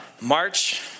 march